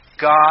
God